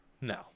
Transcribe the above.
No